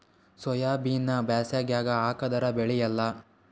ಸೋಯಾಬಿನ ಬ್ಯಾಸಗ್ಯಾಗ ಹಾಕದರ ಬೆಳಿಯಲ್ಲಾ?